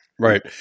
Right